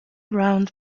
round